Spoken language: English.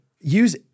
use –